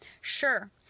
Sure